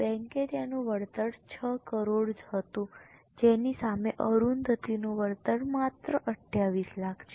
બેંકે તેનું વળતર 6 કરોડ હતું જેની સામે અરુંધતીનું વળતર માત્ર 28 લાખ છે